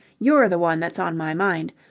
you're the one that's on my mind.